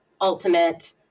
ultimate